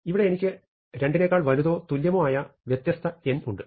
ഇവിടെ എനിക്ക് 2 നെക്കാൾ വലുതോ തുല്യമോ ആയ വ്യത്യസ്ത n ഉണ്ട്